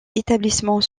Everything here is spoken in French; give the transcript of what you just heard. établissements